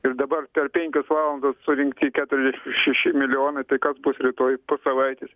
ir dabar per penkias valandas surinkti keturiasdešim šeši milijonai tai kas bus rytoj po savaitės